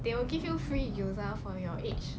they will give you free user for your age